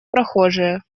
прохожие